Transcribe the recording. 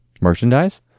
merchandise